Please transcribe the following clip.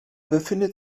befindet